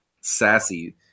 Sassy